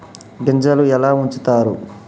గింజలు ఎలా ఉంచుతారు?